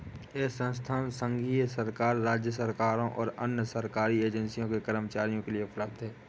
यह संसाधन संघीय सरकार, राज्य सरकारों और अन्य सरकारी एजेंसियों के कर्मचारियों के लिए उपलब्ध है